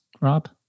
Rob